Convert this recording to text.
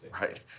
right